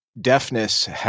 deafness